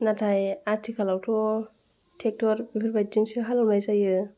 नाथाय आथिखालावथ' ट्रेक्टर बेफोरबायदिआवसो हाल एवनाय जायो